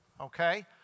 Okay